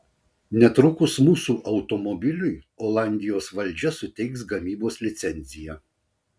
netrukus mūsų automobiliui olandijos valdžia suteiks gamybos licenciją